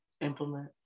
implement